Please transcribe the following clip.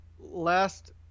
Last